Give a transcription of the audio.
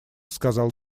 сказал